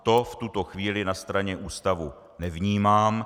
To v tuto chvíli na straně ústavu nevnímám.